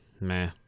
meh